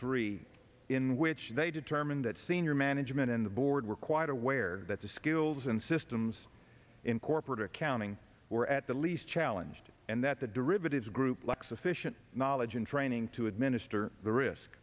three in which they determined that senior management in the board were quite aware that the skills and systems in corporate accounting were at the least challenged and that the derivatives group lack sufficient knowledge and training to administer the risk